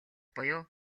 буюу